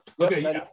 Okay